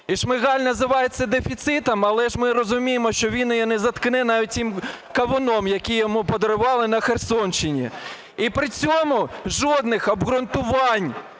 і Шмигаль називає це дефіцитом, але ж ми розуміємо, що він його не заткне навіть тим кавуном, який йому подарували на Херсонщині. І при цьому жодних обґрунтувань,